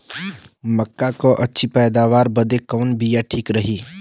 मक्का क अच्छी पैदावार बदे कवन बिया ठीक रही?